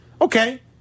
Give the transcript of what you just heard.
Okay